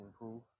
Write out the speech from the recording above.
improve